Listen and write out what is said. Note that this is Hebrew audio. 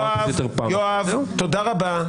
יואב, תודה רבה.